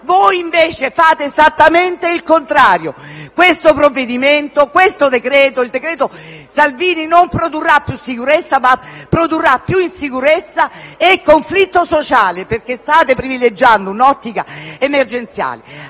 Voi invece fate esattamente il contrario. Questo provvedimento, questo decreto-legge, il decreto Salvini, non produrrà più sicurezza, produrrà più insicurezza e conflitto sociale, perché state privilegiando un'ottica emergenziale.